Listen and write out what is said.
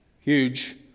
Huge